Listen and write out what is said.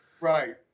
Right